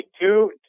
two